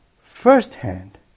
firsthand